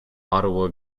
ottawa